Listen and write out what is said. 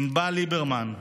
ענבל ליברמן,